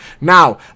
Now